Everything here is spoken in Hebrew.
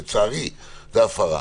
לצערי זה הפרה,